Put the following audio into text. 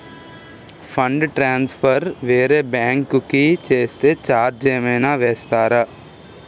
Fund transfer వేరే bank కి చేస్తే ఛార్జ్ ఏమైనా వేస్తారా?